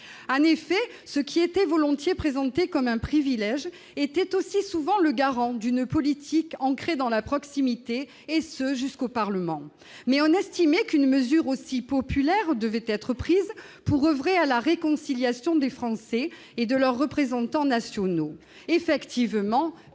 En effet, ce qui était volontiers présenté comme un privilège était aussi souvent la garantie d'une politique ancrée dans la proximité, et ce jusqu'au sein du Parlement. Mais on estimait qu'une mesure aussi « populaire » devait être prise pour oeuvrer à la réconciliation des Français et de leurs représentants nationaux. Effectivement,